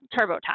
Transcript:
TurboTax